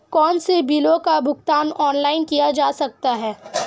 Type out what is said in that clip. कौनसे बिलों का भुगतान ऑनलाइन किया जा सकता है?